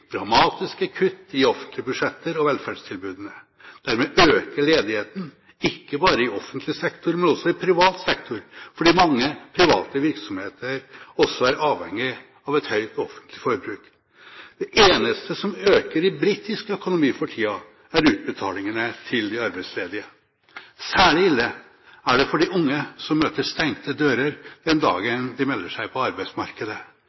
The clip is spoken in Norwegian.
dramatiske kutt i offentlige budsjetter og velferdstilbud. Dermed øker ledigheten, ikke bare i offentlig sektor, men også i privat sektor, for mange private virksomheter er også avhengige av et høyt offentlig forbruk. Det eneste som øker i britisk økonomi for tida, er utbetalingene til de arbeidsledige. Særlig ille er det for de unge som møter stengte dører den dagen de melder seg på arbeidsmarkedet.